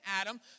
Adam